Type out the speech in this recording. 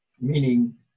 meaning